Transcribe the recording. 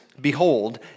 behold